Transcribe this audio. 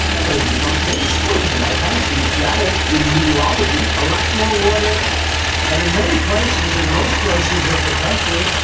president trump today spoke at the white house. he dabbled in meteorology a lot more water and in many places and most places of the country,